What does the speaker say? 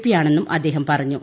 പിയാണെന്നും അദ്ദേഹം പറഞ്ഞു